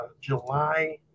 July